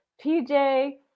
PJ